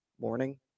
morning